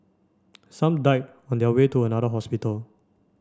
some died on their way to another hospital